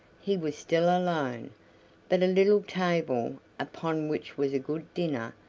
he was still alone but a little table, upon which was a good dinner,